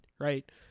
Right